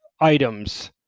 items